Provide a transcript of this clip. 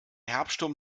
herbststurm